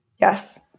Yes